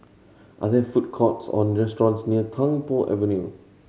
are there food courts or restaurants near Tung Po Avenue